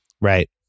Right